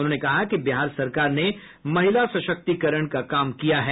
उन्होंने कहा कि बिहार सरकार ने महिला सशक्तिकरण पर काम किया है